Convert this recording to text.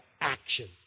action